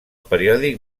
periòdic